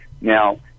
Now